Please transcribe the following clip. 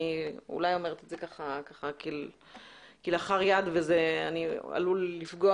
אולי אני אומרת את זה כלאחר יד וזה עלול לפגוע